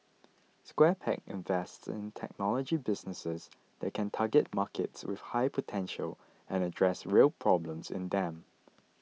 Square Peg invests in technology businesses that can target markets with high potential and address real problems in them